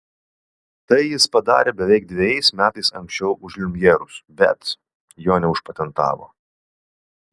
tai jis padarė beveik dvejais metais anksčiau už liumjerus bet jo neužpatentavo